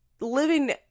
living